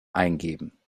eingeben